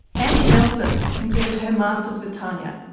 angie nelson completed her masters with tania,